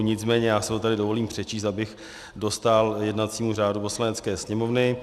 Nicméně já si ho tady dovolím přečíst, abych dostál jednacímu řádu Poslanecké sněmovny.